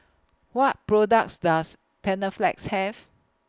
What products Does Panaflex Have